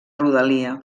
rodalia